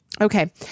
Okay